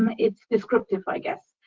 um it's descriptive, i guess.